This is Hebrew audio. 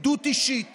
עדות אישית